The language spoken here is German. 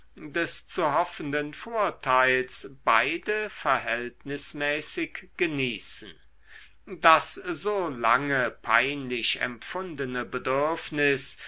des zu hoffenden vorteils beide verhältnismäßig genießen das so lange peinlich empfundene bedürfnis